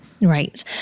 Right